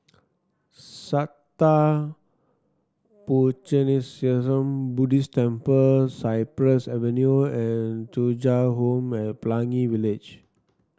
Sattha Puchaniyaram Buddhist Temple Cypress Avenue and Thuja Home at Pelangi Village